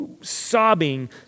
sobbing